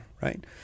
right